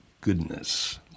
goodness